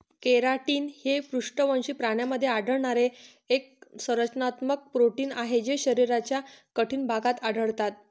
keratin हे पृष्ठवंशी प्राण्यांमध्ये आढळणारे एक संरचनात्मक प्रोटीन आहे जे शरीराच्या कठीण भागात आढळतात